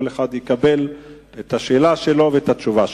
וכל אחד יקבל את השאלה שלו ואת התשובה שלו.